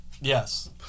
Yes